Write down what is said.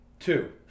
Two